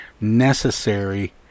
necessary